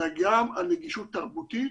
אלא גם על נגישות תרבותית.